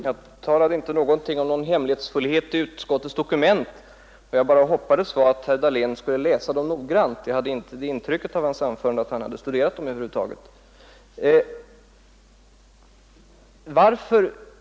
Fru talman! Jag talade inte om någon hemlighetsfullhet i utskottets dokument. Jag bara hoppades att herr Dahlén skulle läsa dem noggrant; jag fick nämligen inte det intrycket av hans anförande att han hade studerat dem över huvud taget.